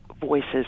voices